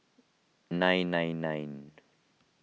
nine nine nine